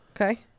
Okay